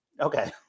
okay